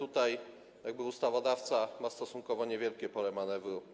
Ustawodawca ma stosunkowo niewielkie pole manewru.